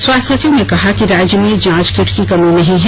स्वास्थ्य सचिव ने कहा कि राज्य में जांच किट की कमी नहीं है